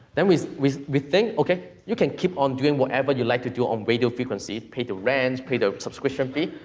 then we we think, ok, you can keep on doing whatever you like to do on radio frequency, pay the rents, pay the subscription fee,